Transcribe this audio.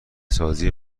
سازی